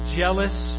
jealous